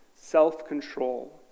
self-control